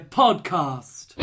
podcast